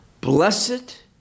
blessed